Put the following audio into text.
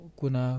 kuna